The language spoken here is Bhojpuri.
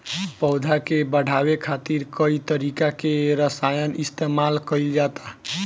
पौधा के बढ़ावे खातिर कई तरीका के रसायन इस्तमाल कइल जाता